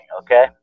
okay